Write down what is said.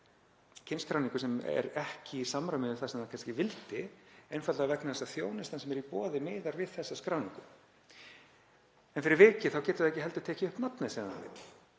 kynskráningu sem er ekki í samræmi við það sem það vildi, einfaldlega vegna þess að þjónustan sem er í boði miðast við þessa skráningu. Fyrir vikið getur það ekki heldur tekið upp nafnið sem það vill.